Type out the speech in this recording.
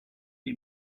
die